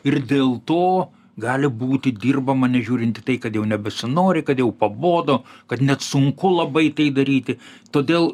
ir dėl to gali būti dirbama nežiūrint į tai kad jau nebesinori kad jau pabodo kad net sunku labai tai daryti todėl